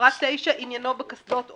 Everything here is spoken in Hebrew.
פרט (9) עניינו בקסדות אופנועים.